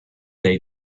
lei